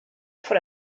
pour